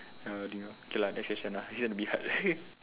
that kind of thing okay lah next question lah it's gonna be hard